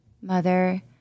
mother